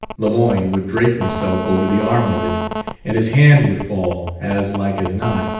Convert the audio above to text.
lemoyne would drape himself over the arm of it and his hand would fall, as like as not,